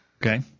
Okay